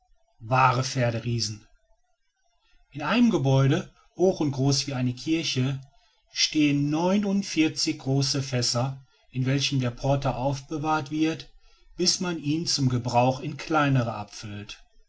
wahre pferderiesen in einem gebäude hoch und groß wie eine kirche stehen neunundvierzig große fässer in welchen der porter aufbewahrt wird bis man ihn zum gebrauch in kleinere abfüllt